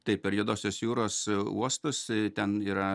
taip per juodosios jūros uostus ten yra